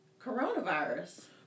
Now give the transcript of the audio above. coronavirus